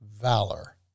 Valor